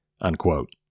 unquote